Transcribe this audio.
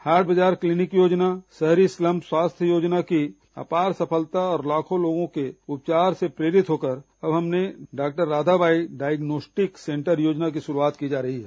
हाट बाजार क्लीनिक योजना शहरी स्लम स्वास्थ्य योजना की अपार सफलता और लाखों लोगों के उपचार से प्रेरित होकर अब डॉ राधाबाई डायग्नोस्टिक सेंटर योजना की शुरुआत की जा रही है